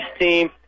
team